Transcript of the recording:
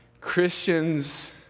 Christians